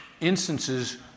instances